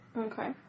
Okay